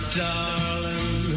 darling